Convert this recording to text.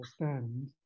understand